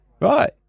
Right